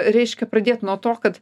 reiškia pradėt nuo to kad